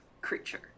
creature